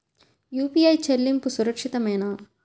UPI చెల్లింపు సురక్షితమేనా?